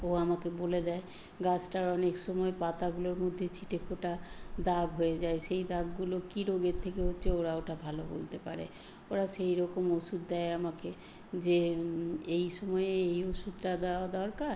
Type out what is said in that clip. ও আমাকে বলে দেয় গাছটার অনেকসময় পাতাগুলোর মধ্যে ছিটেফোঁটা দাগ হয়ে যায় সেই দাগগুলো কী রোগের থেকে হচ্ছে ওরা ওটা ভালো বলতে পারে ওরা সেইরকম ওষুধ দেয় আমাকে যে এই সময়ে এই ওষুধটা দেওয়া দরকার